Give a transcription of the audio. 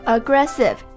Aggressive